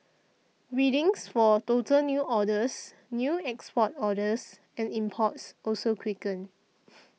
readings for total new orders new export orders and imports also quickened